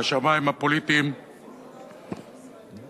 והשמים הפוליטיים והמדיניים